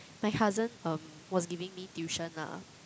my cousin um was giving me tuition lah